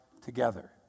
together